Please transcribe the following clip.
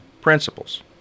principles